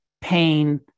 pain